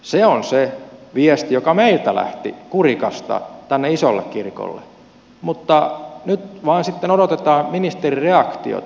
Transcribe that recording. se on se viesti joka meiltä lähti kurikasta tänne isolle kirkolle mutta nyt vain sitten odotetaan ministerin reaktiota